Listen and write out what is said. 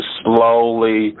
slowly